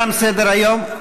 תם סדר-היום,